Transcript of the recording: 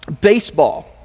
baseball